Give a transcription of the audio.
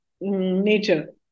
nature